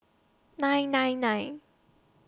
nine nine nine